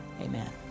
amen